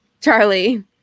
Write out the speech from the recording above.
Charlie